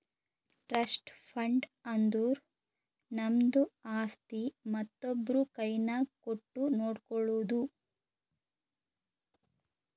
trust fund ಅಂದುರ್ ನಮ್ದು ಆಸ್ತಿ ಮತ್ತೊಬ್ರು ಕೈನಾಗ್ ಕೊಟ್ಟು ನೋಡ್ಕೊಳೋದು